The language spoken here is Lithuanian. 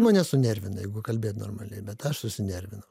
mane sunervina jeigu kalbėt normaliai bet aš susinervinau